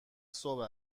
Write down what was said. صبح